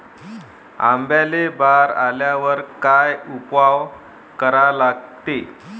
आंब्याले बार आल्यावर काय उपाव करा लागते?